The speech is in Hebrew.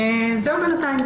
זהו בינתיים.